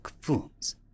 Fools